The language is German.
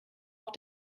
auch